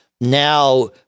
Now